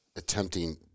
attempting